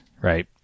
right